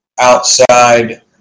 outside